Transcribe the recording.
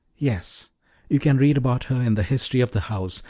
yes you can read about her in the history of the house,